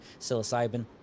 psilocybin